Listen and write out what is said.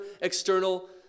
external